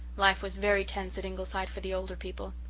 life was very tense at ingleside for the older people.